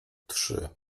trzy